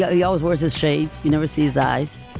yeah he always wears his shades. you never see his eyes.